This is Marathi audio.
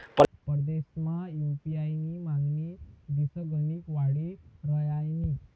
परदेसमा यु.पी.आय नी मागणी दिसगणिक वाडी रहायनी